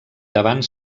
davant